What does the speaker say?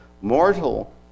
mortal